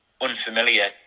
unfamiliar